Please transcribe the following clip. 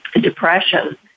depression